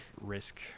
risk